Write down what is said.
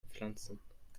pflanzen